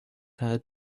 had